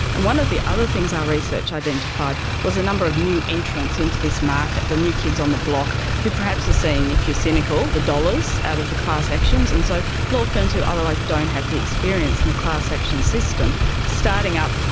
and one of the other things our research identified was a number of new entrants into this market, the new kids on the block who perhaps are seeing, if you're cynical, the dollars out of the class actions. and so law firms who otherwise don't have the experience in the class action system starting up,